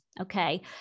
Okay